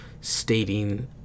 stating